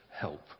help